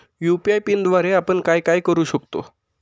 UPI पिनद्वारे आपण काय काय करु शकतो?